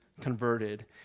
converted